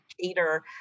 cater